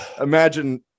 Imagine